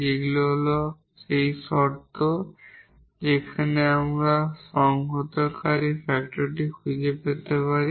যেগুলি সেই শর্ত যেখানে আমরা সংহতকারী ফ্যাক্টরটি খুঁজে পেতে পারি